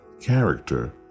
Character